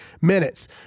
minutes